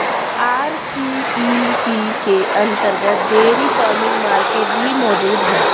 RCEP के अंतर्गत dairy farming market भी मौजूद है